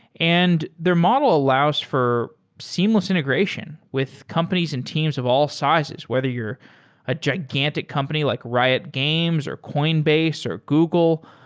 and their model allows for seamless integration with companies and teams of all sizes. whether you're a gigantic company like riot games, or coinbase, or google,